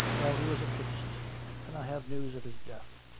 well, he was a priest and i have news of his death.